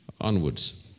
onwards